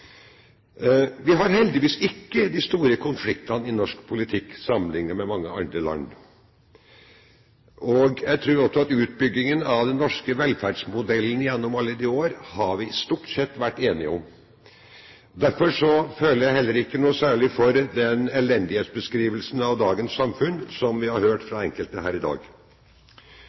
Vi har heldigvis ikke de store konfliktene i norsk politikk sammenlignet med i mange andre land. Jeg tror også at vi gjennom alle år stort sett har vært enige om utbyggingen av den norske velferdsmodellen. Derfor føler jeg heller ikke noe særlig for den elendighetsbeskrivelsen av dagens samfunn som vi har hørt fra enkelte her i dag.